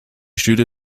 stühle